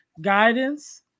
guidance